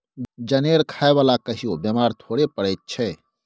जनेर खाय बला कहियो बेमार थोड़े पड़ैत छै